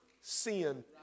sin